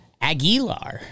Aguilar